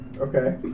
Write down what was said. Okay